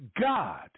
God